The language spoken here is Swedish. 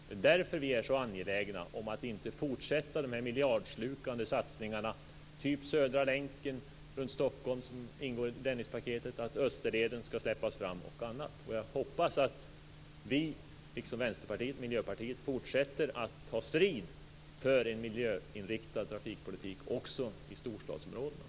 Det är därför vi är så angelägna om att inte fortsätta med de miljardslukande satsningar som t.ex. Södra länken runt Stockholm, som ingår i Dennispaketet, och att Österleden skall släppas fram. Jag hoppas att vi, liksom Vänsterpartiet och Miljöpartiet, fortsätter att ta strid för en miljöinriktad trafikpolitik också i storstadsområdena.